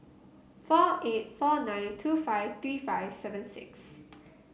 four eight four nine two five three five seven six